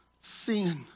sin